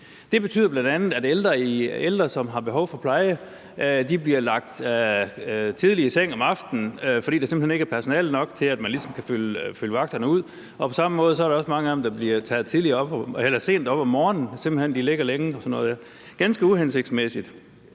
Det betyder bl.a., at ældre, som har behov for pleje, bliver lagt tidligt i seng om aftenen, fordi der simpelt hen ikke er personale nok til, at man kan fylde vagterne ud. På samme måde er der også mange af dem, som bliver taget sent op om morgenen, så de simpelt hen ligger længe og sådan noget. Det er ganske uhensigtsmæssigt.